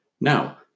Now